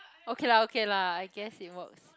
okay lah okay lah I guess it works